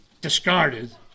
Discarded